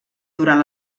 durant